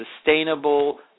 sustainable